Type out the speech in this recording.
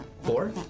Four